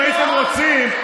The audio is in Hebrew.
אם הייתם רוצים,